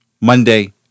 Monday